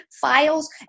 files